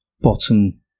bottom